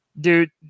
dude